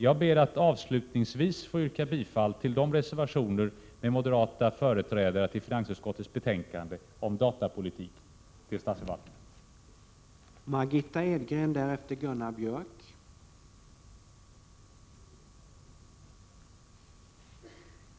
Jag ber att avslutningsvis få yrka bifall till de reservationer till finansutskottets betänkande om datapolitik för statsförvaltningen som har moderata företrädare.